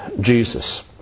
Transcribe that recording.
Jesus